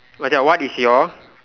what ya what is your